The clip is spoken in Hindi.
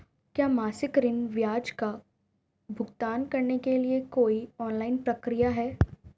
क्या मासिक ऋण ब्याज का भुगतान करने के लिए कोई ऑनलाइन प्रक्रिया है?